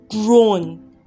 grown